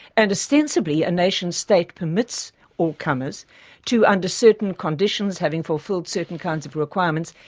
and ostensibly a nation-state permits all comers to, under certain conditions, having fulfilled certain kinds of requirements,